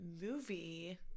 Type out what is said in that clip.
movie